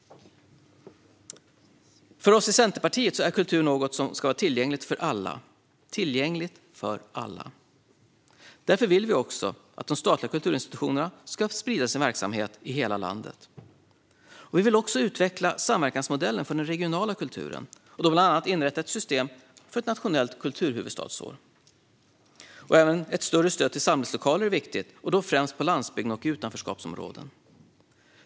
För oss i Centerpartiet är kultur något som ska vara tillgängligt för alla. Därför vill vi att de statliga kulturinstitutionerna ska sprida sin verksamhet i hela landet. Vi vill också utveckla samverkansmodellen för den regionala kulturen och bland annat inrätta ett system för ett nationellt kulturhuvudstadsår. Även ett större stöd till samlingslokaler är viktigt, främst på landsbygden och i utanförskapsområden.